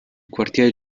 quartier